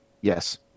Yes